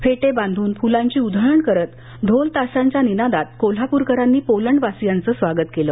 फेटे बांधून फुलांची उधळण करत ढोल ताशांच्या निनादात कोल्हाप्रकरांनी पोलंडवासीयांचं स्वागत केलं